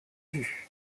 vus